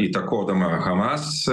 įtakodama hamas